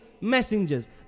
messengers